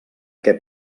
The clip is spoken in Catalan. què